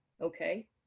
Okay